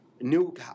new